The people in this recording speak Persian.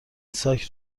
ساک